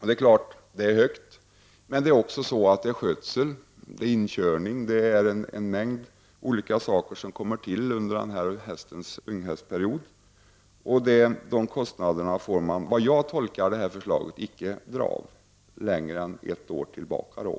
Det är naturligtvis högt, men kostnader för skötsel, inkörning och en mängd andra saker kommer till under unghästperioden. De kostnaderna får man, som jag tolkar förslaget, icke dra av mot en vinst längre än ett år tillbaka.